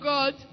God